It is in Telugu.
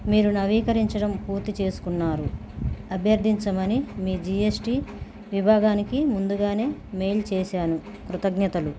మీరు నవీకరించడం పూర్తి చేసుకున్నారు అభ్యర్థించమని మీ జిఎస్టి విభాగానికి ముందుగానే మెయిల్ చేశాను కృతజ్ఞతలు